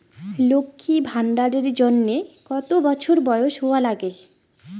লক্ষী ভান্ডার এর জন্যে কতো বছর বয়স হওয়া লাগে?